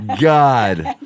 God